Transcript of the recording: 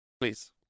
please